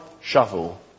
shovel